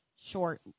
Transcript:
short